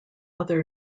other